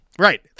Right